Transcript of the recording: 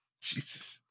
Jesus